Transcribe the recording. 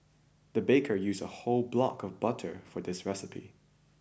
the baker used a whole block of butter for this recipe